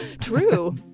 True